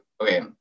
okay